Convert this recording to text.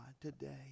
today